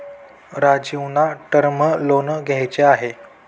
राजीवना term loan घ्यायचे आहे